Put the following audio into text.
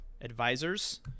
Advisors